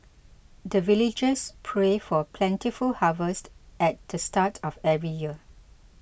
the villagers pray for plentiful harvest at the start of every year